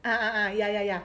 uh uh ya ya ya